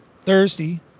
Thursday